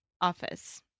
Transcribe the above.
office